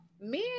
Men